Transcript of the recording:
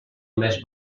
més